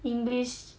english